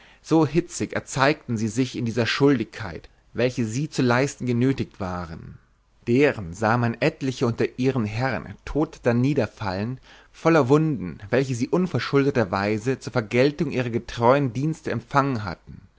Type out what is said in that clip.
so hitzig erzeigten sie sich in dieser schuldigkeit welche sie zu leisten genötiget waren deren sahe man etliche unter ihren herrn tot darniederfallen voller wunden welche sie unverschuldterweise zu vergeltung ihrer getreuen dienste empfangen hatten